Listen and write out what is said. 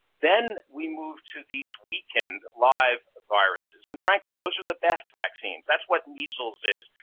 then we moved to these weakened live viruses, and frankly, those are the best vaccines. that's what measles is.